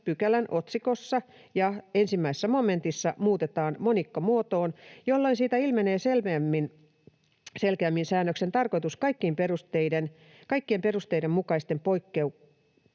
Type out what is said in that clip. pykälän otsikossa ja 1 momentissa muutetaan monikkomuotoon, jolloin siitä ilmenee selkeämmin säännöksen tarkoitus kaikkien perusteiden mukaisten poikkeusten